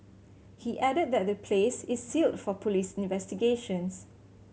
he added that the place is sealed for police investigations